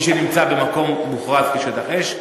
מי שנמצא במקום שמוכרז כשטח אש,